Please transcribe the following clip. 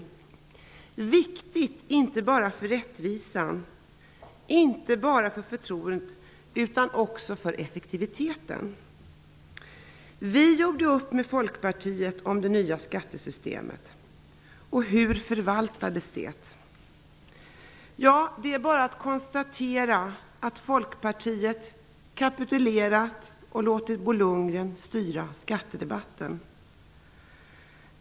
Det är viktigt inte bara för rättvisan, inte bara för förtroendet utan också för effektiviteten. Vi gjorde upp med Folkpartiet om det nya skattesystemet. Hur förvaltades det? Ja, det är bara att konstatera att Folkpartiet kapitulerat och låtit Bo Lundgren styra skattedebatten.